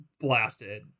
blasted